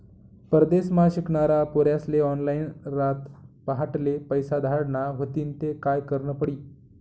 परदेसमा शिकनारा पोर्यास्ले ऑनलाईन रातपहाटले पैसा धाडना व्हतीन ते काय करनं पडी